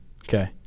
Okay